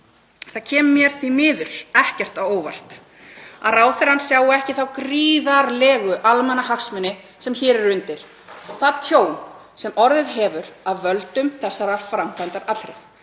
Það kemur mér því miður ekkert á óvart að ráðherra sjái ekki þá gríðarlegu almannahagsmuni sem hér eru undir og það tjón sem orðið hefur af völdum þessarar framkvæmdar allrar,